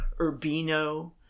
Urbino